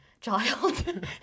child